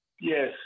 Yes